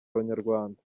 abanyarwanda